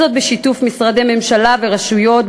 וזאת בשיתוף משרדי ממשלה ורשויות,